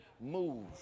move